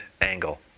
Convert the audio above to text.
angle